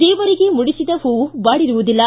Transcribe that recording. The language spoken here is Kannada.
ದೇವರಿಗೆ ಮುಡಿಸಿದ ಹೂವು ಬಾಡಿರುವುದಿಲ್ಲ